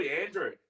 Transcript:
Andrew